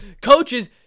coaches